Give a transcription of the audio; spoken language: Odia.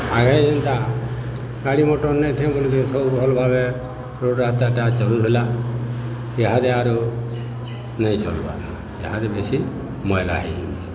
ଆଗେ ଯେନ୍ତା ଗାଡ଼ି ମଟର୍ ନେଇଥାଏ ବୋଲିକି ସବୁ ଭଲ୍ ଭାବେ ରୋଡ଼୍ ରାସ୍ତାଟା ଚଲୁ ହେଲା ଇହାଦେ ଆରୁ ନେଇ ଚଲ୍ବାର୍ ଇହାଦେ ବେଶୀ ମଇଳା ହେଇଯାଉଛେ